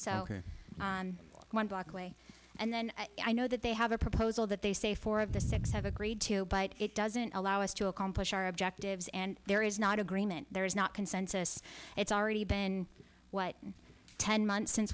so one block away and then i know that they have a proposal that they say four of the six have agreed to it doesn't allow us to accomplish our objectives and there is not agreement there is not consensus it's already been what ten months since